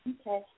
Okay